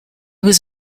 was